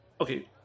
okay